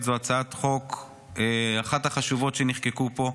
אחת מהצעות החוק חשובות שנחקקו פה,